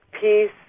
Peace